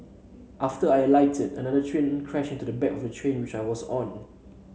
after I alighted another train crashed into the back of the train which I was on